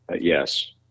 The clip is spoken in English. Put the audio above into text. yes